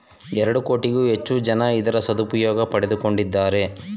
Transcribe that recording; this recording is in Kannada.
ಎರಡು ಕೋಟಿಗೂ ಹೆಚ್ಚು ಜನ ಇದರ ಸದುಪಯೋಗ ಪಡಕೊತ್ತಿದ್ದಾರೆ